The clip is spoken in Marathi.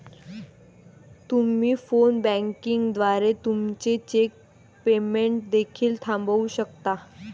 तुम्ही फोन बँकिंग द्वारे तुमचे चेक पेमेंट देखील थांबवू शकता